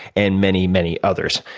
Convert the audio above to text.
and many, many others.